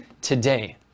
today